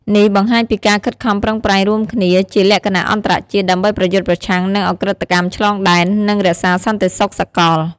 នេះបង្ហាញពីការខិតខំប្រឹងប្រែងរួមគ្នាជាលក្ខណៈអន្តរជាតិដើម្បីប្រយុទ្ធប្រឆាំងនឹងឧក្រិដ្ឋកម្មឆ្លងដែន និងរក្សាសន្តិសុខសកល។